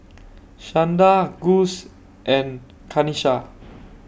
Shanda Gus and Kanisha